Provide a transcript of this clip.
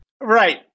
Right